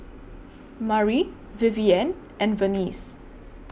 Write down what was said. Mari Vivienne and Venice